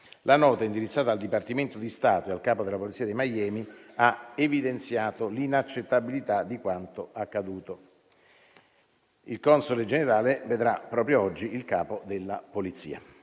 La nota, indirizzata al Dipartimento di Stato e al capo della polizia di Miami, ha evidenziato l'inaccettabilità di quanto accaduto. Il console generale vedrà proprio oggi il capo della polizia.